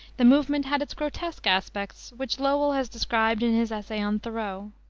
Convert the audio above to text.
the movement had its grotesque aspects, which lowell has described in his essay on thoreau.